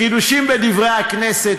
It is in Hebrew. חידושים בדברי הכנסת.